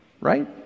right